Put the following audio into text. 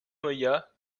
moya